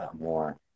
more